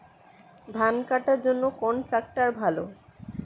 ধান কাটার জন্য কোন ট্রাক্টর ভালো?